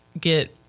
get